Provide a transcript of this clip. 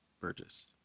Burgess